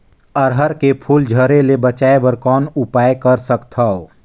अरहर के फूल झरे ले बचाय बर कौन उपाय कर सकथव?